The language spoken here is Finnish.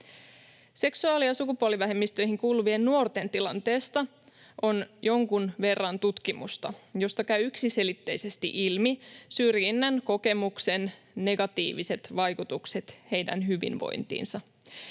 Seksuaali- ja sukupuolivähemmistöihin kuuluvien nuorten tilanteesta on jonkun verran tutkimusta, josta käy yksiselitteisesti ilmi syrjinnän kokemuksen negatiiviset vaikutukset heidän hyvinvointiinsa.